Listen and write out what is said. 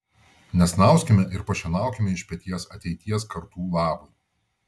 nesnauskime ir pašienaukime iš peties ateities kartų labui